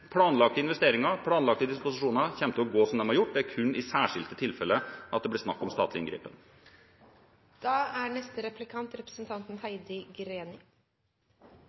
planlagte investeringer, planlagte disposisjoner, kommer til å gå som de har gjort. Det er kun i særskilte tilfeller at det blir snakk om statlig inngripen. Regjeringens ekspertutvalg mener at behovet for endringer i kommunestrukturen er